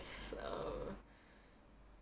is uh